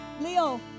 Leo